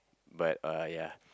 but uh ya